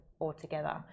altogether